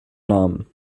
namen